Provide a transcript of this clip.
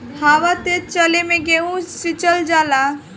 हवा तेज चलले मै गेहू सिचल जाला?